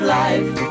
life